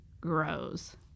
grows